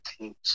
teams